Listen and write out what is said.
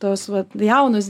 tos va jaunos